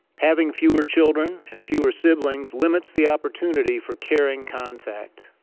having fewer children and fewer siblings limits the opportunity for caring contact.